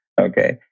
Okay